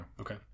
Okay